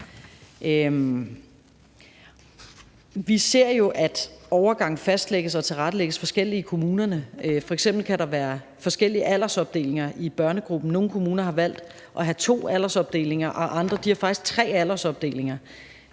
Vi ser jo, at overgangen fastlægges og tilrettelægges forskelligt i kommunerne. F.eks. kan der være forskellige aldersopdelinger i børnegruppen. Nogle kommuner har valgt at have to aldersopdelinger, og andre har faktisk tre aldersopdelinger,